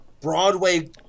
broadway